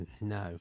no